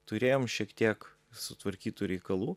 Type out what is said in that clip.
turėjom šiek tiek sutvarkytų reikalų